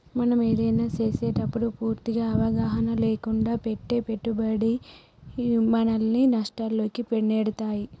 మనం ఏదైనా చేసేటప్పుడు పూర్తి అవగాహన లేకుండా పెట్టే పెట్టుబడి మనల్ని నష్టాల్లోకి నెడతాయి